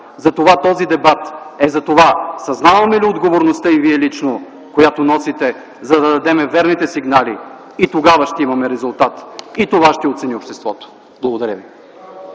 този дебат е за това съзнаваме ли – и Вие лично – отговорността, която носите, за да дадете верните сигнали? И тогава ще имаме резултат. И това ще оцени обществото. Благодаря ви.